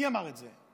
מי אמר את זה?